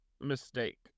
mistake